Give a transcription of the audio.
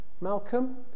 Malcolm